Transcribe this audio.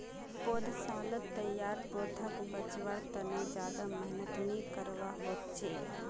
पौधसालात तैयार पौधाक बच्वार तने ज्यादा मेहनत नि करवा होचे